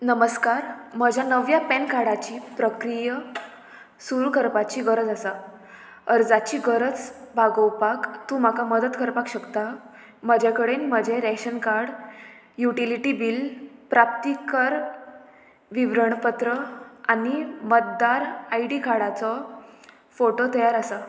नमस्कार म्हज्या नव्या पॅन कार्डाची प्रक्रीय सुरू करपाची गरज आसा अर्जाची गरज भागोवपाक तूं म्हाका मदत करपाक शकता म्हजे कडेन म्हजें रेशन कार्ड युटिलिटी बील प्राप्ती कर विवरणपत्र आनी मतदार आय डी कार्डाचो फोटो तयार आसा